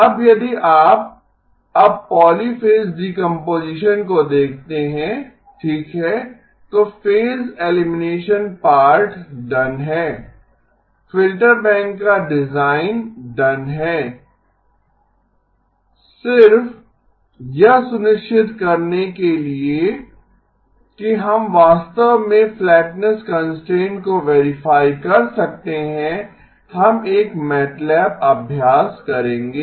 अब यदि आप अब पॉलीफ़ेज़ डीकम्पोजीशन को देखते हैं ठीक है तो फेज एलिमिनेशन पार्ट डन है फ़िल्टर बैंक का डिज़ाइन डन है सिर्फ यह सुनिश्चित करने के लिए कि हम वास्तव में फ्लैटनेस कंस्ट्रेंट को वेरीफाई कर सकते हैं हम एक मैटलैब अभ्यास करेंगे